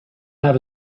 have